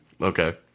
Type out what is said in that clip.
Okay